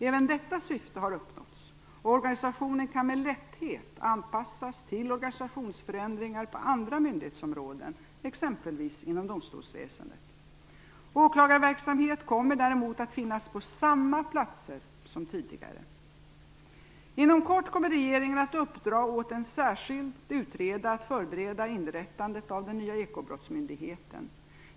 Även detta syfte har uppnåtts, och organisationen kan med lätthet anpassas till organisationsförändringar på andra myndighetsområden, exempelvis inom domstolsväsendet. Åklagarverksamhet kommer däremot att finnas på samma platser som tidigare. Inom kort kommer regeringen att uppdra åt en särskild utredare att förbereda inrättandet av den nya ekobrottsmyndigheten.